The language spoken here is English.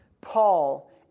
Paul